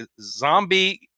zombie